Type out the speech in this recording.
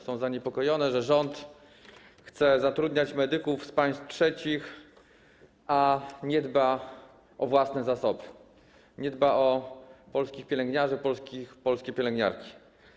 Są one zaniepokojone, że rząd chce zatrudniać medyków z państw trzecich, a nie dba o własne zasoby, nie dba o polskich pielęgniarzy, polskie pielęgniarki.